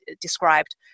described